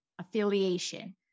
affiliation